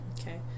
Okay